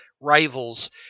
Rivals